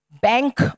Bank